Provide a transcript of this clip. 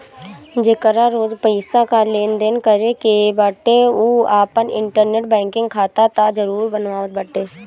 जेकरा रोज पईसा कअ लेनदेन करे के बाटे उ आपन इंटरनेट बैंकिंग खाता तअ जरुर बनावत बाटे